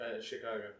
Chicago